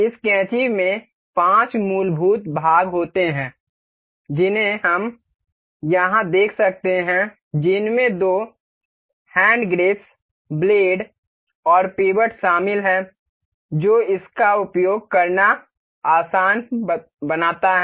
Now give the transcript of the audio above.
इस कैंची में पाँच मूलभूत भाग होते हैं जिन्हें हम यहाँ देख सकते हैं जिनमें दो हैंडग्रिप्स ब्लेड और पिवट शामिल हैं जो इसका उपयोग करना आसान बनाता है